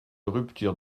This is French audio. rupture